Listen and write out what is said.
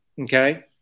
Okay